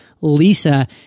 Lisa